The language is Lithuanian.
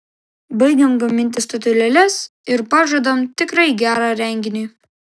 baigiam gaminti statulėles ir pažadam tikrai gerą renginį